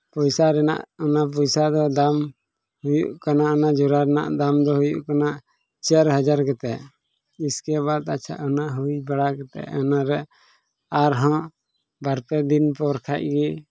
ᱯᱚᱭᱥᱟ ᱨᱮᱱᱟᱜ ᱚᱱᱟ ᱯᱚᱭᱥᱟ ᱫᱚ ᱫᱟᱢ ᱦᱩᱭᱩᱜ ᱠᱟᱱᱟ ᱚᱱᱟ ᱡᱳᱨᱟ ᱨᱮᱭᱟᱜ ᱫᱟᱜ ᱫᱚ ᱦᱩᱭᱩᱜ ᱠᱟᱱᱟ ᱪᱟᱨ ᱦᱟᱡᱟᱨ ᱠᱟᱛᱮᱫ ᱩᱥᱠᱮ ᱵᱟᱫ ᱟᱪᱪᱷᱟ ᱚᱱᱟ ᱦᱩᱭ ᱵᱟᱲᱟ ᱠᱟᱛᱮᱫ ᱚᱱᱟᱨᱮ ᱟᱨᱦᱚᱸ ᱵᱟᱨ ᱯᱮ ᱫᱤᱱ ᱯᱚᱨ ᱠᱷᱟᱱ ᱜᱮ